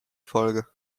folge